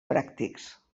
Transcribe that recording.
pràctics